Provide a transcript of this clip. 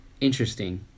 interesting